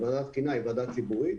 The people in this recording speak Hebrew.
זו ועדת התקינה שהיא ועדה ציבורית,